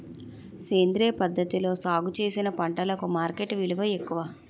సేంద్రియ పద్ధతిలో సాగు చేసిన పంటలకు మార్కెట్ విలువ ఎక్కువ